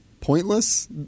pointless